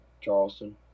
Charleston